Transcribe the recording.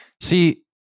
See